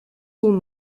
son